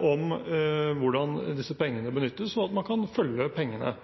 om hvordan disse pengene benyttes, og at man kan følge pengene.